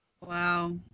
Wow